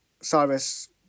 Cyrus